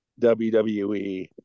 wwe